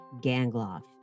Gangloff